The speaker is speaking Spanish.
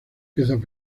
piezas